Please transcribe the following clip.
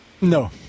No